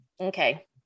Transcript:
Okay